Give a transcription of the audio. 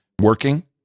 working